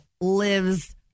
lives